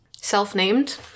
Self-named